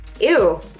Ew